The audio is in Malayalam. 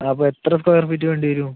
അപ്പം എത്ര സ്ക്വയർ ഫീറ്റ് വേണ്ടി വരും